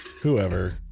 whoever